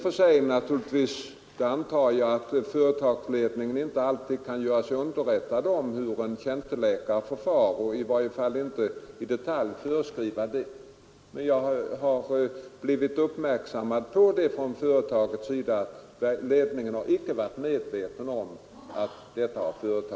En företagsledning kan naturligtvis inte alltid hålla sig underrättad om hur en tjänsteläkare förfar eller i detalj föreskriva hur han skall förfara.